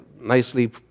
nicely